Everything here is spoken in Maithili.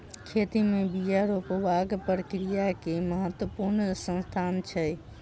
खेती में बिया रोपबाक प्रक्रिया के महत्वपूर्ण स्थान छै